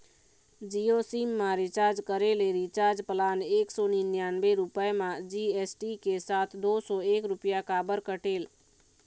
Jio sim मा recharge करे ले रिचार्ज प्लान एक सौ निन्यानबे रुपए मा जी.एस.टी के साथ दो सौ एक रुपया काबर कटेल?